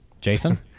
Jason